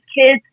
kids